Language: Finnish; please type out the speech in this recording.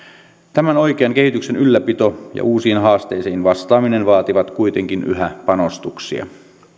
tämän oikean kehityksen ylläpito ja uusiin haasteisiin vastaaminen vaativat kuitenkin yhä panostuksia